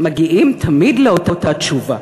"מגיעים תמיד לאותה תשובה,